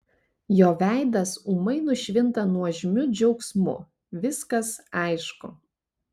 jo veidas ūmai nušvinta nuožmiu džiaugsmu viskas aišku